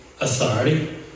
authority